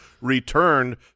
returned